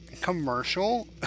commercial